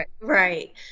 right